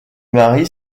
mari